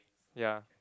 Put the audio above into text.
ya